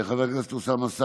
חבר הכנסת אוסאמה סעדי,